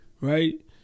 right